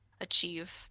achieve